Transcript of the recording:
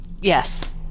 Yes